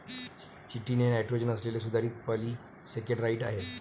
chitin हे nitrogen असलेले सुधारित पॉलिसेकेराइड आहे